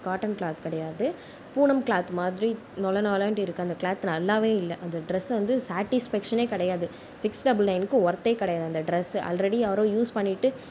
cotton cloth கிடையாது Poonam cloth மாதிரி நுழநுழன்டு இருக்கு அந்த கிளாத் நல்லாவே இல்லை அந்த ட்ரெஸ்ஸை வந்து ஷேட்டிஸ்பேக்சனே கிடையாது சிக்ஸ் டபுள் நைன்க்கு ஒர்த்தே கிடையாது அந்த ட்ரெஸ் ஆல்ரெடி யாரோ யூஸ் பண்ணிவிட்டு